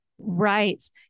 Right